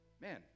man